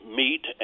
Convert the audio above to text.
meet